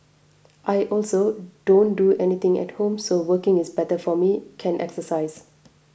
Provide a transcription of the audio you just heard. I also don't do anything at home so working is better for me can exercise